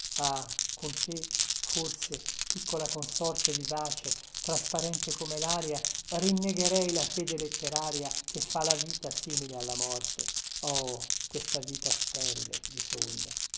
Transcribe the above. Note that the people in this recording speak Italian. ah con te forse piccola consorte vivace trasparente come laria rinnegherei la fede letteraria che fa la vita simile alla morte oh questa vita sterile di sogno